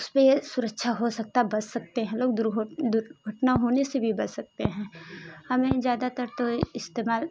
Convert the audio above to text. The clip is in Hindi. उसपे सुरक्षा हो सकता बच सकते हैं लोग दुरघट दुर्घटना होने से भी बच सकते हैं हमें ज़्यादातर तो इस्तेमाल